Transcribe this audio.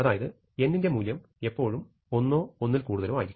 അതായത് n ന്റെ മൂല്യം എപ്പോഴും ഒന്നോ ഒന്നിൽ കൂടുതലോ ആയിരിക്കും